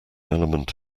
element